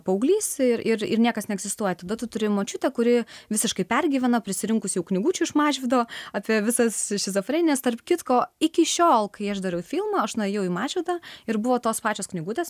paauglys ir ir ir niekas neegzistuoja tada tu turi močiutę kuri visiškai pergyvena prisirinkusi jau knygučių iš mažvydo apie visas šizofreninės tarp kitko iki šiol kai aš dariau filmą aš nuėjau į mažvydą ir buvo tos pačios knygutės